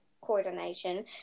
coordination